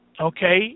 Okay